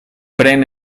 pren